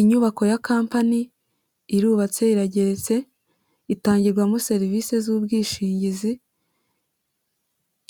Inyubako ya kampani irubatse irageretse, itangirwamo serivisi z' ubwishingizi,